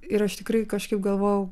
ir aš tikrai kažkaip galvojau